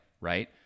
Right